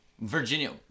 Virginia